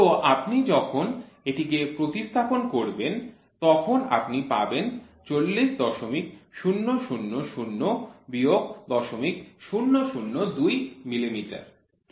তো আপনি যখন এটিকে প্রতিস্থাপন করবেন তখন আপনি পাবেন ৪০০০০ বিয়োগ ০০০২ মিলিমিটার